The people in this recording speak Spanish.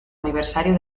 aniversario